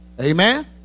Amen